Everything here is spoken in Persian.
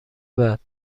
بعد